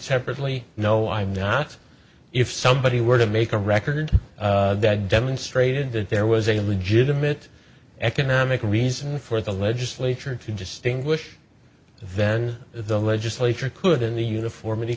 separately no i'm not if somebody were to make a record that demonstrated that there was a legitimate economic reason for the legislature to distinguish then the legislature could and the uniformity